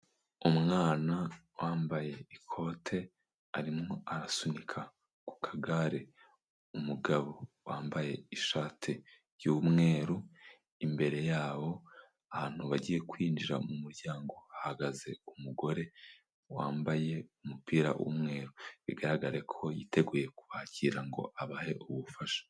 Umwana wambaye ikote arimo arasunika ku kagare umugabo wambaye ishati y'umweru, imbere yabo ahantu bagiye kwinjira mu muryango hahagaze umugore wambaye umupira w'umweru. Bigaragarare ko yiteguye kubakira ngo abahe ubufasha.